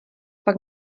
pak